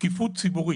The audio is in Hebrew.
שקיפות ציבורית.